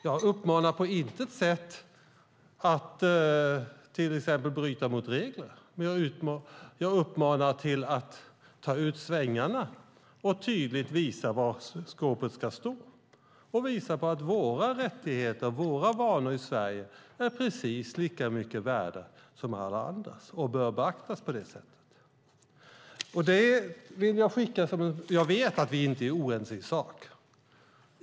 Jag uppmanar på intet sätt till att exempelvis bryta mot regler, men jag uppmanar till att ta ut svängarna och tydligt visa var skåpet ska stå. Visa att våra rättigheter och våra vanor i Sverige är precis lika mycket värda som alla andras och bör beaktas på det sättet! Jag vet att vi inte är oense i sak.